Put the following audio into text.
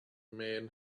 men